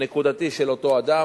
הנקודתי של אותו אדם,